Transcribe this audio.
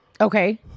Okay